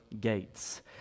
gates